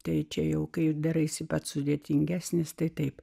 tai čia jau kaip daraisi bet sudėtingesnis tai taip